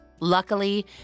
Luckily